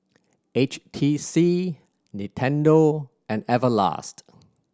H T C Nintendo and Everlast